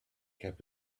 kept